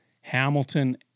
Hamilton